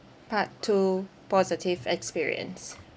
part two positive experience